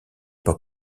pas